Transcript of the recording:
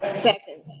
second.